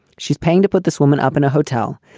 she's paying to put this woman up in a hotel.